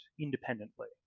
independently